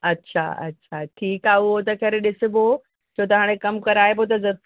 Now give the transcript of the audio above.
अच्छा अच्छा ठीकु आहे हूअ त खैर ॾिसबो छो त हाणे कमु कराइबो त